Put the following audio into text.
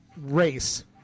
race